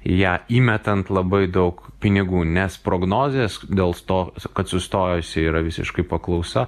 į ją įmetant labai daug pinigų nes prognozės dėls to kad sustojusi yra visiškai paklausa